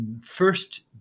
first